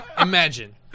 Imagine